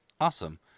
awesome